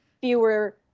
fewer